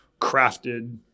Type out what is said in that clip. crafted